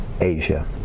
Asia